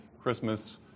Christmas